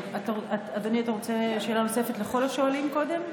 אדוני, אתה רוצה שאלה נוספת לכל השואלים קודם?